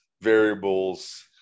variables